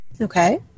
Okay